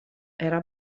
era